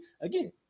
Again